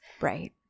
Right